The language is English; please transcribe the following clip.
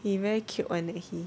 he very cute [one] lah he